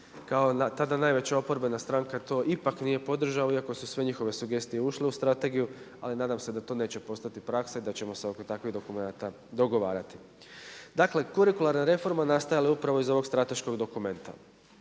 kao tada najveća oporbena stranka to ipak nije podržala iako su sve njihove sugestije ušle u strategiju, ali nadam se da to neće postati praksa i da ćemo se oko takvih dokumenata dogovarati. Dakle, kurikularna reforma je nastala upravo iz ovog strateškog dokumenta.